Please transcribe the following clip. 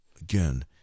again